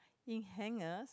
in hangers